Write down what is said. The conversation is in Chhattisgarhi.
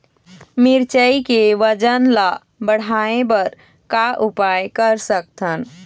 मिरचई के वजन ला बढ़ाएं बर का उपाय कर सकथन?